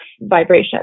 vibration